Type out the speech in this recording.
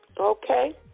Okay